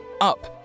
up